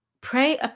Pray